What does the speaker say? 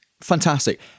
Fantastic